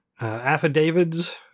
affidavits